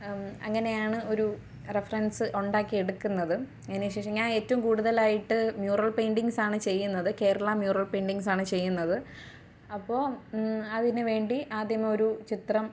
അങ്ങനെയാണ് ഒരു റെഫറൻസ് ഉണ്ടാക്കി എടുക്കുന്നത് അതിനുശേഷം ഞാൻ ഏറ്റവും കൂടുതലായിട്ട് മ്യൂറൽ പെയിൻറ്റിങ്സ് ആണ് ചെയ്യുന്നത് കേരളാ മ്യൂറൽ പെയിൻറ്റിങ്സ് ആണ് ചെയ്യുന്നത് അപ്പോൾ അതിന് വേണ്ടി ആദ്യം ഒരു ചിത്രം